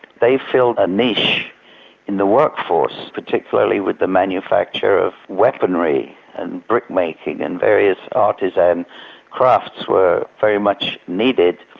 they filled a niche in the workforce, particularly with the manufacture of weaponry and brick-making and various artisan crafts were very much needed.